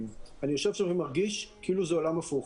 אני יושב ומרגיש כאילו זה עולם הפוך.